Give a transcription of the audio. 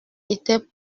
était